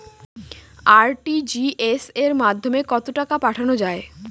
RTGS এর মাধ্যমে কত টাকা পাঠানো যায়?